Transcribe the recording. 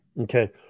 Okay